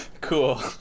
Cool